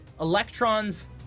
electrons